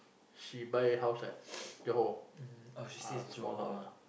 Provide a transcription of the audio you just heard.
she buy house at Johor ah small house